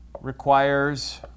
requires